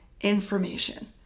information